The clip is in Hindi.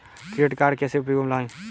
क्रेडिट कार्ड कैसे उपयोग में लाएँ?